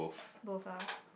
both ah